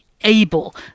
able